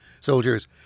soldiers